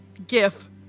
gif